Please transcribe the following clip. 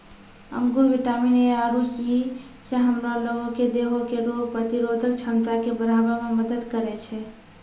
अंगूर vitamin A आरु C से हमरा लोगो के देहो के रोग प्रतिरोधक क्षमता के बढ़ाबै मे मदत करै छै